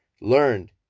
learned